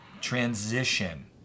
Transition